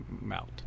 melt